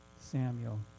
Samuel